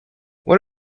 what